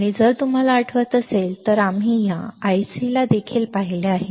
आणि जर तुम्हाला आठवत असेल तर आम्ही या IC ला आधी देखील पाहिले आहे